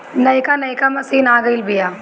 नइका नइका मशीन आ गइल बिआ